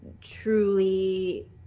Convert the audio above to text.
truly